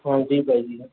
हाँ जी भाई